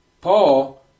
Paul